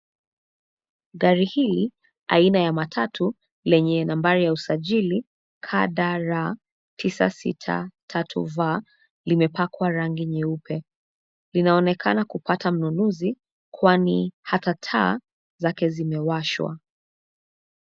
Gari hili, aina ya matatu, lenye nambari ya usajili, KDR 963V, limepakwa rangi nyeupe, linaonekana kupata mnunuzi, kwani hata taa zake zimewashwa.